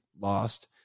lost